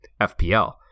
FPL